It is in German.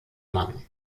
mann